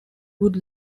would